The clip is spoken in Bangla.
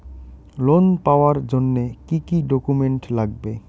লোন পাওয়ার জন্যে কি কি ডকুমেন্ট লাগবে?